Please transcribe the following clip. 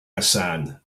hassan